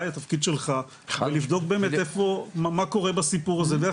אולי התפקיד שלך לבדוק באמת מה קורה בסיפור הזה ואיך